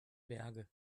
berge